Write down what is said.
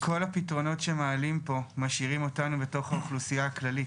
כל הפתרונות שמעלים פה משאירים אותנו בתוך האוכלוסייה הכללית.